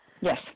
Yes